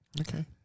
Okay